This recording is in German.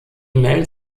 mail